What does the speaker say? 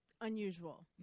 unusual